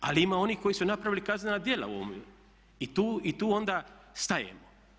Ali ima i onih koji su napravili kaznena djela u ovom i tu onda stajemo.